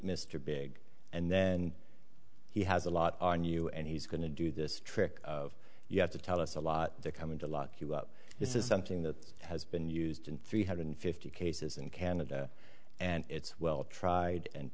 mr big and then he has a lot on you and he's going to do this trick of you have to tell us a lot they're coming to lock you up this is something that has been used in three hundred fifty cases in canada and it's well tried and